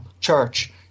church